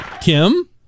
Kim